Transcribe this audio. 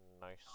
Nice